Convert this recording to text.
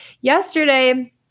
yesterday